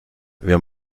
wir